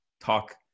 talk